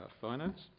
finance